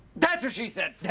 that's what she said!